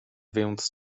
więc